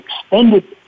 extended